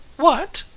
what?